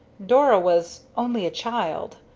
dora was only a child.